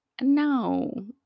no